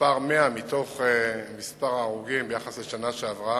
במספר ההרוגים ב-100 ביחס לשנה שעברה.